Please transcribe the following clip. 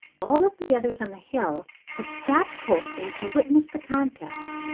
all of the others on the hill had stopped coasting to witness the contest,